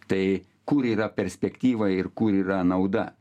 tai kur yra perspektyva ir kur yra nauda